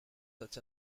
such